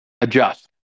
adjust